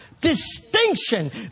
distinction